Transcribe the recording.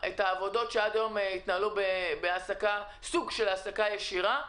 העבודות, שעד היום התנהלו בסוג של העסקה ישירה.